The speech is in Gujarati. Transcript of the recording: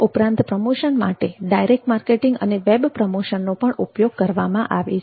ઉપરાંત પ્રમોશન માટે ડાયરેક્ટ માર્કેટિંગ અને વેબ પ્રમોશનનો પણ ઉપયોગ કરવામાં આવે છે